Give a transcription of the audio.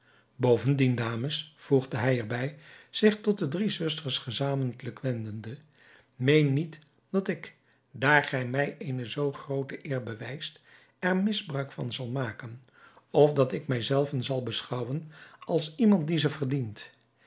bovendien dames voegde hij er bij zich tot de drie zusters gezamentlijk wendende meen niet dat ik daar gij mij eene zoo groote eer bewijst er misbruik van zal maken of dat ik mij zelven zal beschouwen als iemand die ze verdient